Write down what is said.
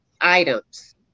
items